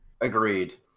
Agreed